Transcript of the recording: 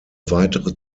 weitere